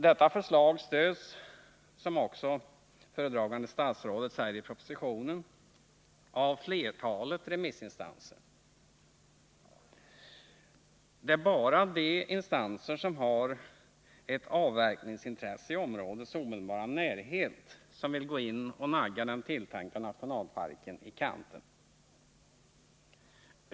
Detta förslag stöds, som också föredragande statsrådet säger i propositionen, av flertalet remissinstanser. Det är bara de instanser som har ett avverkningsintresse i områdets omedelbara närhet som vill gå in och nagga den tilltänkta nationalparken i kanten.